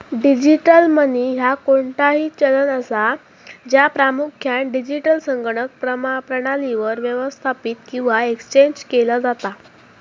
digital money ह्या कोणताही चलन असा, ज्या प्रामुख्यान डिजिटल संगणक प्रणालीवर व्यवस्थापित किंवा एक्सचेंज केला जाता